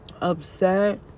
upset